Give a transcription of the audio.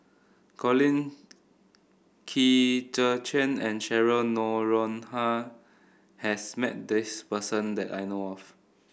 Colin Qi Zhe Quan and Cheryl Noronha has met this person that I know of